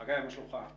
חגי, מה שלומך?